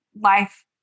life